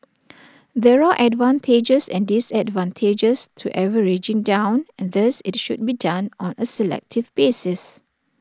there are advantages and disadvantages to averaging down and thus IT should be done on A selective basis